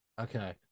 Okay